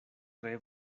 tre